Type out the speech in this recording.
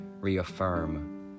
reaffirm